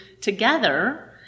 together